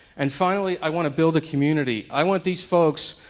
and finally i want to build a community. i want these folks,